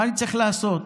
מה אני צריך לעשות?